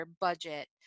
budget